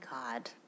god